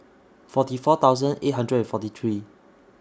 forty four thousand eight hundred and forty three